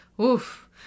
Oof